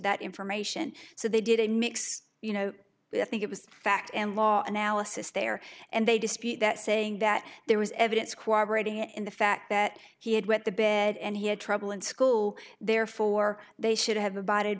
that information so they did a mix you know i think it was fact and law analysis there and they dispute that saying that there was evidence cooperated in the fact that he had wet the bed and he had trouble in school therefore they should have abide